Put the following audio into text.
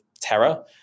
terror